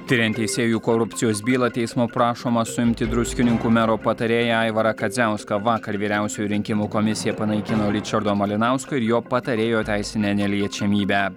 tiriant teisėjų korupcijos bylą teismo prašoma suimti druskininkų mero patarėją aivarą kadziauską vakar vyriausioji rinkimų komisija panaikino ričardo malinausko ir jo patarėjo teisinę neliečiamybę